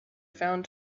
found